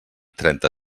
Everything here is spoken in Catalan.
trenta